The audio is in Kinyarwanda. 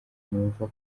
numva